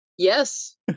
Yes